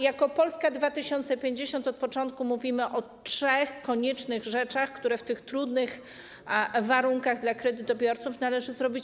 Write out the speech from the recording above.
Jako Polska 2050 od początku mówimy o trzech koniecznych rzeczach, które w tych trudnych warunkach dla kredytobiorców pilnie należy zrobić.